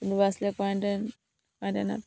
কোনোবা আছিলে কোৱাইণ্টেন কোৱাৰিণ্টেনত